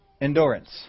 endurance